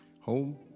home